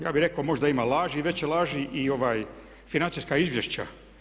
Ja bih rekao možda ima laži, veće laži i ova financijska izvješća.